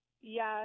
Yes